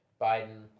Biden